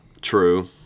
True